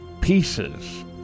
pieces